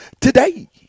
today